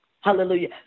Hallelujah